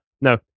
no